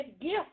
gift